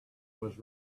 was